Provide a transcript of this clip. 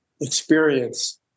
experience